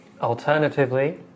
alternatively